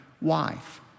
wife